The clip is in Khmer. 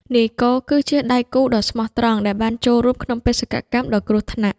នាយគោគឺជាដៃគូដ៏ស្មោះត្រង់ដែលបានចូលរួមក្នុងបេសកកម្មដ៏គ្រោះថ្នាក់។